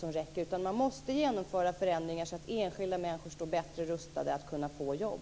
Man måste genomföra förändringar så att enskilda människor står bättre rustade för att kunna få jobb.